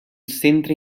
centre